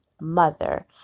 mother